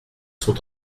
sont